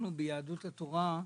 ביהדות התורה,